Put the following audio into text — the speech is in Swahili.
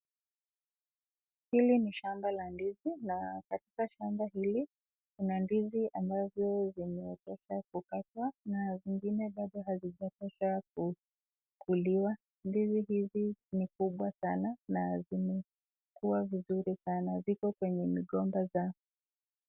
Hili ni shamba la ndizi. Na katika shamba hili kuna ndizi ambazo zimetosha kukatwa na zingine bado hazijatosha kukuliwa. Ndizi hizi ni kubwa sana na zimekua vizuri sana. Ziko kwenye migomba zao.